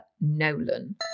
Nolan